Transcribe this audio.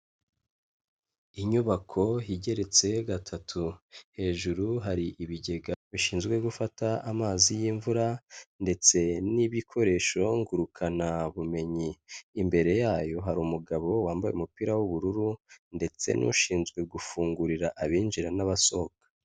Inyubako igeretse gatatu, hejuru hari ibigega, bishinzwe gufata amazi y'imvura, ndetse n'ibikoresho ngurukanabumenyi, imbere yayo hari umugabo wambaye umupira w'ubururu, ndetse n'ushinzwe gufungurira abinjira n'abasohoka.